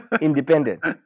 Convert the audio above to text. Independent